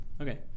Okay